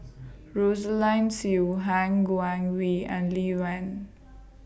Rosaline Soon Han Guangwei and Lee Wen